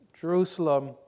Jerusalem